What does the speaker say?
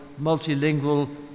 multilingual